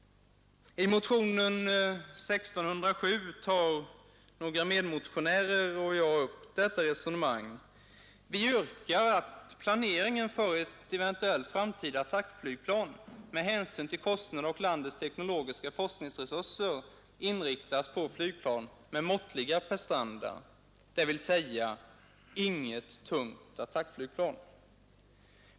I motionen 1607 tar mina medmotionärer och jag upp detta resonemang. Vi yrkar att planeringen för ett eventuellt framtida attackflygplan med hänsyn till kostnader och landets teknologiska forskningsresurser inriktas på ett flygplan med måttliga prestanda, dvs. inget tungt attackflygplan.